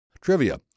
Trivia